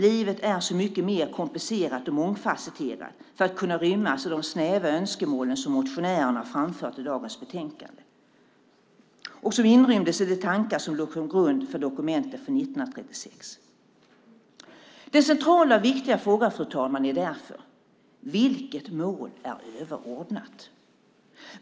Livet är så mycket mer komplicerat och mångfasetterat än att kunna rymmas i de snäva önskemål som motionärerna framfört i dagens betänkande och som inrymdes i de tankar som låg som grund för dokumentet från 1936. Den centrala och viktiga frågan, fru talman, är därför: Vilket mål är överordnat?